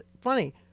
funny